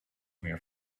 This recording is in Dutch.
meer